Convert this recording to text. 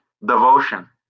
Devotion